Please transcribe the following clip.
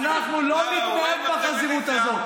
אנחנו לא נתנהג בחזירות הזו.